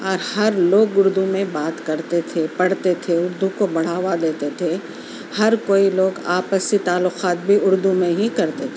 اور ہر لوگ اُردو میں بات کرتے تھے پڑھتے تھے اُردو کو بڑھاوا دیتے تھے ہر کوئی لوگ آپسی تعلقات بھی اُردو میں ہی کرتے تھے